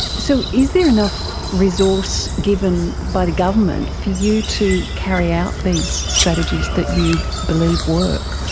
so is there enough resource given by the government for you to carry out these strategies that you believe work?